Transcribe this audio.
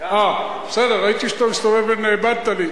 אה, בסדר, ראיתי שאתה מסתובב ואבדת לי.